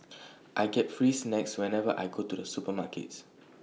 I get free snacks whenever I go to the supermarket